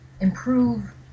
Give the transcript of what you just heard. improve